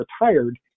retired